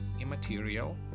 immaterial